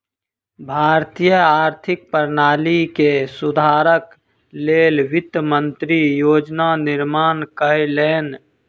भारतीय आर्थिक प्रणाली के सुधारक लेल वित्त मंत्री योजना निर्माण कयलैन